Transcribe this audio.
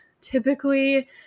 typically